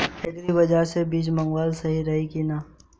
Agri बाज़ार से बीज मंगावल सही रही की ना?